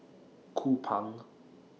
Kupang